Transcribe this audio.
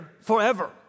forever